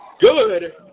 good